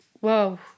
whoa